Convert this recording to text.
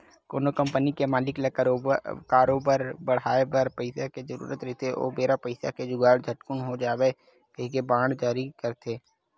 कोनो कंपनी के मालिक ल करोबार बड़हाय बर पइसा के जरुरत रहिथे ओ बेरा पइसा के जुगाड़ झटकून हो जावय कहिके बांड जारी करथे